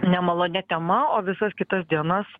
nemalonia tema o visas kitas dienas